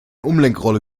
umlenkrolle